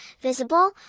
visible